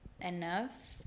enough